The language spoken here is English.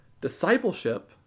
Discipleship